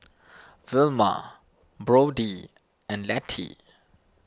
Vilma Brody and Letty